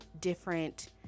different